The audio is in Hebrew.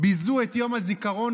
אל תתייג מצרי,